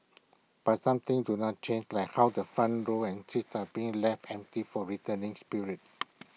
but some things do not change like how the front row and seats are being left empty for returning spirits